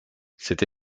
cette